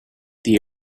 the